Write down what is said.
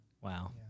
wow